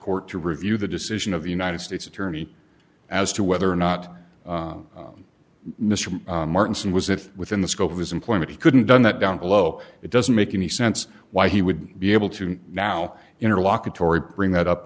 court to review the decision of the united states attorney as to whether or not mr martin was if within the scope of his employment he couldn't done that down below it doesn't make any sense why he would be able to now